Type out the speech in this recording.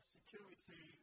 security